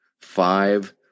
five